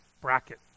bracket